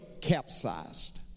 capsized